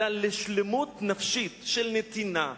אלא לשלמות נפשית של נתינה,